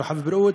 הרווחה והבריאות,